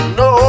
no